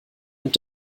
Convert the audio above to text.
und